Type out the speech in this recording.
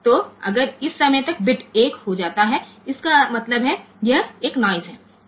तो अगर इस समय तक बिट 1 हो जाता है इसका मतलब है यह एक नॉइज़ हैं